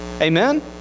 amen